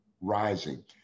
rising